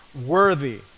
worthy